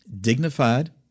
dignified